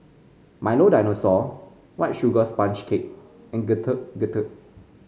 Milo Dinosaur White Sugar Sponge Cake and Getuk Getuk